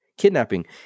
Kidnapping